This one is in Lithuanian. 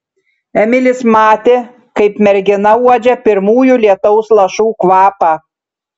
emilis matė kaip mergina uodžia pirmųjų lietaus lašų kvapą